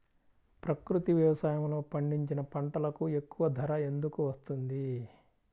ప్రకృతి వ్యవసాయములో పండించిన పంటలకు ఎక్కువ ధర ఎందుకు వస్తుంది?